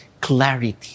clarity